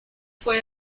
fue